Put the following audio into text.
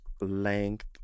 length